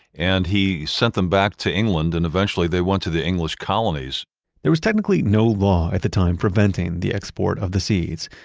and he sent them back to england and eventually they went to the english colonies there was technically no law at the time preventing the export of the seeds,